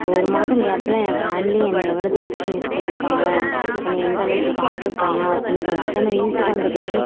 அந்த ஒரு மாதம் கேப்பில ஏன் ஃபேமிலி என்னையை எவ்வளவு தூரத்துக்கு மிஸ் பண்ணிருக்காங்க என்னையை எந்தளவுக்கு பார்த்துருக்காங்க அப்படின்னு புரிஞ்சுகிட்டேன் நான் வீட்டுக்கு வந்த பிறகு